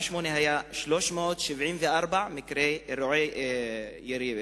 ב-2008 היו 374 אירועי ירי,